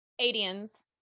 adians